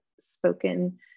spoken